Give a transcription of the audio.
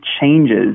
changes